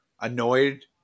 annoyed